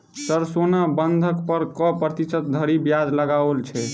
Sir सोना बंधक पर कऽ प्रतिशत धरि ब्याज लगाओल छैय?